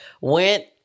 went